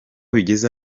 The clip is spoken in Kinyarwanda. bigeze